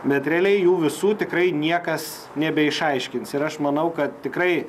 bet realiai jų visų tikrai niekas nebeišaiškins ir aš manau kad tikrai